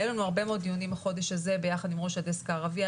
היו לנו הרבה מאוד דיונים בחודש הזה ביחד עם ראש הדסק הערבי,